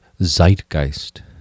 zeitgeist